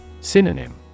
Synonym